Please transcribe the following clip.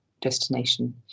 destination